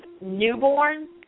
newborn